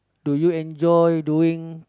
do you enjoy doing